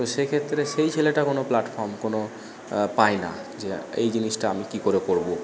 তো সেই ক্ষেত্রে সেই ছেলেটা কোনও প্লাটফর্ম কোনও পায় না যে এই জিনিসটা আমি কী করে করব